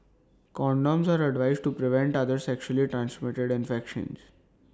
condoms are advised to prevent other sexually transmitted infections